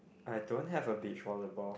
I don't have a beach volleyball